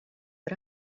but